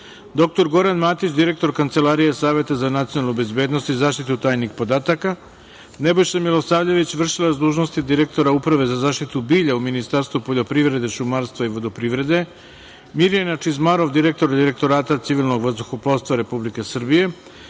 dr Goran Matić, direktor Kancelarije Saveta za nacionalnu bezbednost i zaštitu tajnih podataka, Nebojša Milosavljević, vršilac dužnosti direktora Uprave za zaštitu bilja u Ministarstvu poljoprivrede, šumarstva i vodoprivrede, Mirjana Čizmarov, direktor Direktorata civilnog vazduhoplovstva Republike Srbije,